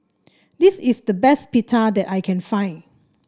this is the best Pita that I can find